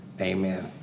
amen